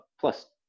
plus